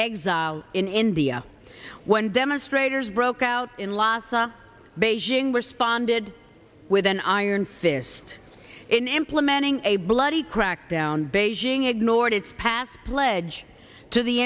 exile in india when demonstrators broke out in lhasa beijing responded with an iron fist in implementing a bloody crackdown beijing ignored its past pledge to the